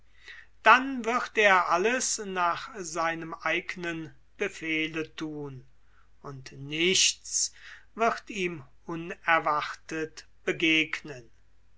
dann wird er alles nach seinem eignen befehle thun und nichts wird ihm unerwartet begegnen